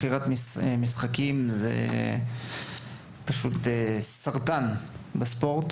מכירת משחקים היא סרטן בספורט.